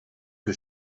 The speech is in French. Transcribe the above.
que